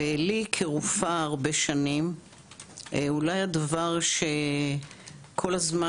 לי כרופאה הרבה שנים אולי הדבר שכל הזמן